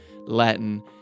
Latin